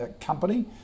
company